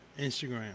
Instagram